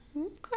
okay